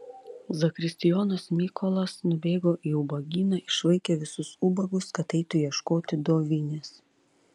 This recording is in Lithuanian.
zakristijonas mykolas nubėgo į ubagyną išvaikė visus ubagus kad eitų ieškoti dovinės